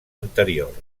anterior